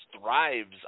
thrives